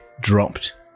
dropped